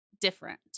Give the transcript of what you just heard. different